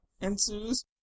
ensues